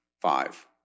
five